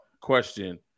Question